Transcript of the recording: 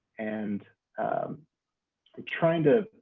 and i'm trying to,